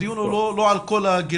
הדיון הוא לא על כל הגילאים.